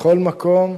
בכל מקום,